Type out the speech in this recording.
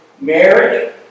marriage